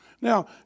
Now